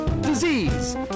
disease